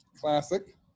Classic